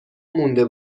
مونده